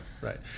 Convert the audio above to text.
right